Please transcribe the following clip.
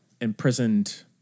imprisoned